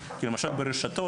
כי למשל ברשתות,